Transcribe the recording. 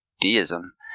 deism